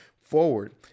forward